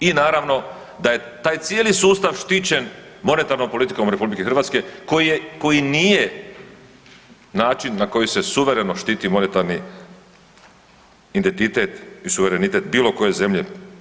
I naravno da je taj cijeli sustav štićen monetarnom politikom Republike Hrvatske koji nije način na koji se suvereno štiti monetarni identitet i suverenitet bilo koje zemlje.